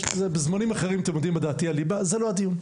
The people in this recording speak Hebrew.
יש לזה בזמנים אחרים אתם יודעים מה דעתי על ליבה זה לא הדיון,